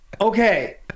okay